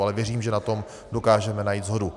Ale věřím, že na tom dokážeme najít shodu.